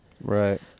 Right